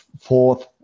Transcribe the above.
fourth